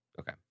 Okay